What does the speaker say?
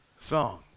song